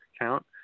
account